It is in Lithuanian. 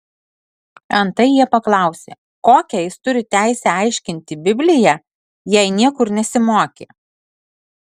antai jie paklausė kokią jis turi teisę aiškinti bibliją jei niekur nesimokė